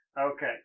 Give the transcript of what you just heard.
Okay